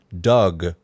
doug